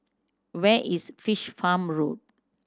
where is Fish Farm Road